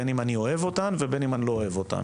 בין אם אני אוהב אותן ובין אם אני לא אוהב אותן.